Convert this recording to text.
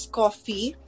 coffee